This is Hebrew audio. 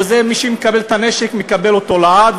או שמי שמקבל את הנשק מקבל אותו לעד,